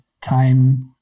time